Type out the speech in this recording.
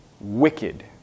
wicked